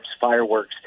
fireworks